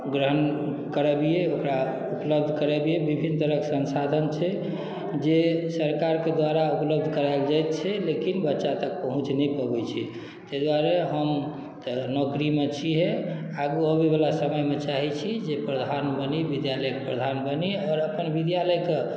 ग्रहण करबिए ओकरा उपलब्ध करबिए विभिन्न तरहके संसाधन छै जे सरकारके द्वारा उपलब्ध कराएल जाइत छै लेकिन बच्चा तक पहुँच नहि पबै छै ताहि दुआरे हम तऽ नौकरीमे छिहे आगू अबैवला समयमे चाहै छी जे प्रधान बनी विद्यालयके प्रधान बनी आओर अपन विद्यालयके